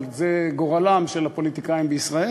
אבל זה גורלם של הפוליטיקאים בישראל,